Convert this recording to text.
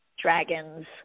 dragons